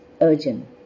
urgent